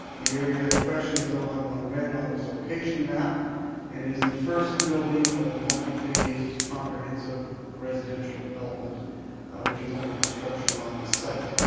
the area in question is outlined in red on this location map and is the first building of a multi-phased comprehensive residential development which is under construction on the site.